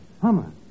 Hummer